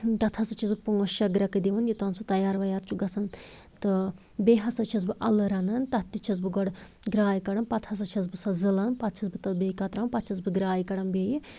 تَتھ ہسا چھَس بہٕ پانٛژھ شےٚ گرٮ۪کہٕ دِوان یوتام سُہ تیار ویار چھُ گژھَن تہٕ بیٚیہِ ہسا چھَس بہٕ اَلہٕ رَنَن تَتھ تہِ چھَس بہٕ گۄڈٕ گرٛاے کڑان پتہٕ ہسا چھَس بہٕ سۄ زٕلان پتہٕ چھَس بہٕ تَتھ بیٚیہِ کتراوان پتہٕ چھَس بہٕ گرٛاے کڑان بیٚیہِ